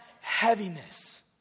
heaviness